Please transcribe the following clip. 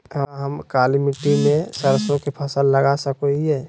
का हम काली मिट्टी में सरसों के फसल लगा सको हीयय?